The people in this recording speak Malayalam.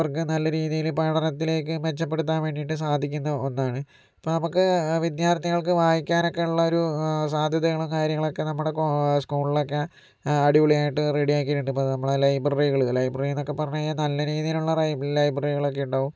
അവർക്ക് നല്ല രീതീല് പഠനത്തിലേക്ക് മെച്ചപ്പെടുത്താൻ വേണ്ടിയിട്ട് സാധിക്കുന്ന ഒന്നാണ് അപ്പോൾ നമുക്ക് വിദ്യാർത്ഥികൾക്ക് വായിക്കാനൊക്കെയുള്ള സാധ്യതകളും കാര്യങ്ങളൊക്കെ നമ്മടെ കോ സ്കൂളില്ക്കെ അടിപൊളിയായിട്ട് റെഡിയാക്കിയിട്ടുണ്ട് പ്പോ നമ്മളെ ലൈബ്രറികള് ലൈബ്രറിന്നൊക്കെ പറഞ്ഞു കഴിഞ്ഞാ നല്ല രീതിയിലുള്ള ലൈ ലൈബ്രറികളൊക്കെ ഉണ്ടാകും